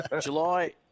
July